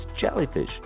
jellyfish